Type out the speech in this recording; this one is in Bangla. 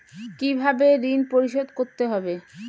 কিভাবে ঋণ পরিশোধ করতে হবে?